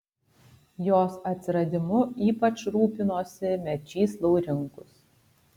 jos atsiradimu ypač rūpinosi mečys laurinkus